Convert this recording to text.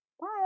Bye